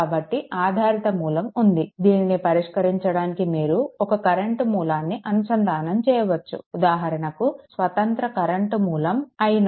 కాబట్టి ఆధారిత మూలం ఉంది దీనిని పరిష్కరించడానికి మీరు ఒక కరెంట్ మూలాన్ని అనుసంధానం చేయవచ్చు ఉదాహరణకు స్వతంత్ర కరెంట్ మూలం i0